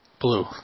Blue